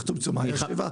מה צומצם?